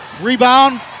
Rebound